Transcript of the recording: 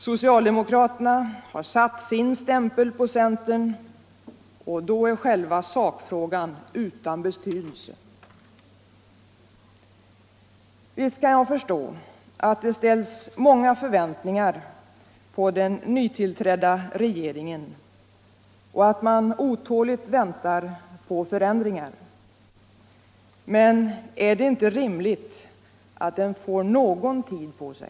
Socialdemokraterna har satt sin stämpel på centern, och då är själva sakfrågan utan betydelse. Allmänpolitisk debatt Allmänpolitisk debatt Visst kan jag förstå att det ställs många förväntningar på den nytillträdda regeringen och att man otåligt väntar på förändringar. Men är det inte rimligt att den får någon tid på sig?